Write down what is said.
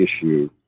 issue